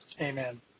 Amen